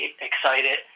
excited